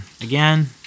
again